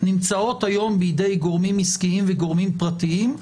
נמצאת היום בידי גורמים עסקיים וגורמים פרטיים,